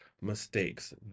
mistakes